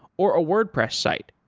or a wordpress site,